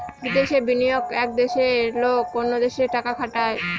বিদেশে বিনিয়োগ এক দেশের লোক অন্য দেশে টাকা খাটায়